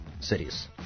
cities